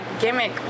gimmick